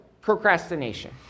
procrastination